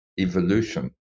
evolution